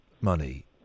money